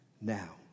now